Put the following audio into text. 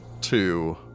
two